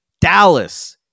Dallas